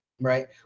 right